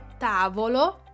tavolo